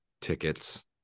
tickets